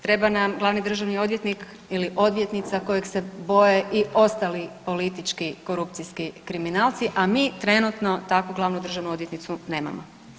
Treba nam glavni državni odvjetnik ili odvjetnica kojeg se boje i ostali politički korupcijski kriminalci, a mi trenutno takvu glavnu državnu odvjetnicu nemamo.